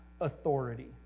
authority